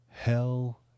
Hell